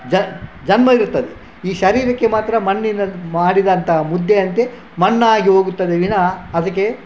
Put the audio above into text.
ಜ್ ಜನ್ಮವಿರ್ತದೆ ಈ ಶರೀರಕ್ಕೆ ಮಾತ್ರ ಮಣ್ಣಿನ ಮಾಡಿದಂಥ ಮುದ್ದೆಯಂತೆ ಮಣ್ಣಾಗಿ ಹೋಗುತ್ತದೆ ವಿನಃ ಅದಕ್ಕೆ